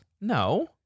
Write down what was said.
No